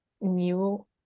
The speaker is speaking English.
new